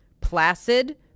Placid